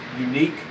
unique